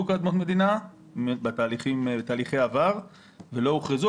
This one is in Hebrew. כאדמות מדינה בתהליכי עבר ולא הוכרזו.